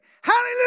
Hallelujah